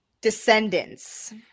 Descendants